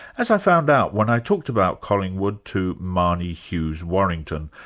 as i found out when i talked about collingwood to marnie hughes-warrington,